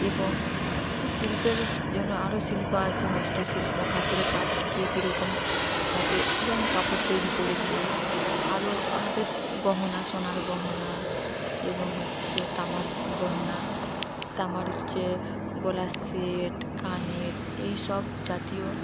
এবং এবং শিল্পের জন্য আরো শিল্প আছে হস্তশিল্প হাতের কাজ কে কীরকম হাতের যেমন কাপড় তৈরি করেছে আরো হাতের গহনা সোনার গহনা এবং হচ্ছে তামার গহনা তামার হচ্ছে গলার সেট কানের এই সব জাতীয়